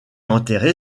enterré